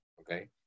okay